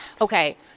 okay